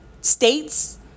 states